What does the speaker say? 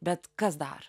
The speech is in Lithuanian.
bet kas dar